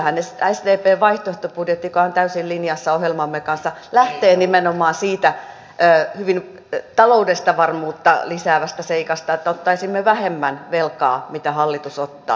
kyllähän sdpn vaihtoehtobudjetti joka on täysin linjassa ohjelmamme kanssa lähtee nimenomaan siitä hyvin taloudellista varmuutta lisäävästä seikasta että ottaisimme vähemmän velkaa kuin hallitus ottaa